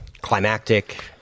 climactic